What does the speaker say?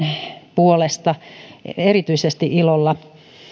puolesta ilolla